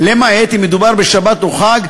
למעט אם מדובר בשבת או חג,